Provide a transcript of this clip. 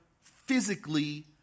physically